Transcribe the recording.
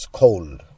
cold